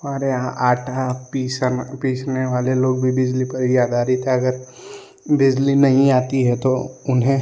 हमारे यहाँ आटा पीसन पीसने वाले लोग भी बिजली पर ही आधारित हैं अगर बिजली नहीं आती है तो उन्हें